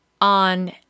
on